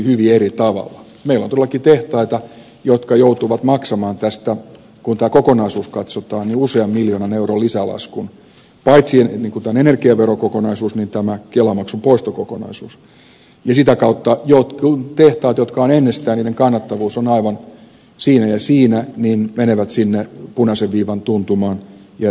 meillä on todellakin tehtaita jotka joutuvat maksamaan tästä kun katsotaan tämä kokonaisuus paitsi tämän energiaverokokonaisuus myös tämä kelamaksun poistokokonaisuus usean miljoonan euron lisälaskun ja sitä kautta jotkut tehtaat joiden kannattavuus on ennestään aivan siinä ja siinä menevät sinne punaisen viivan tuntumaan ja siitä ylitse